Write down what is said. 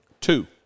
Two